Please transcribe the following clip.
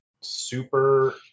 super